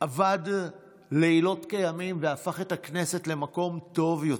עבד לילות כימים והפך את הכנסת למקום טוב יותר,